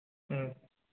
ꯎꯝ